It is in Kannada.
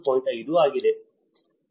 5 ಆಗಿದೆ